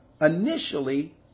initially